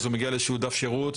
מגיע לאיזשהו דף שירות,